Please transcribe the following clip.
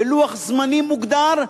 בלוח זמנים מוגדר,